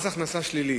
מס הכנסה שלילי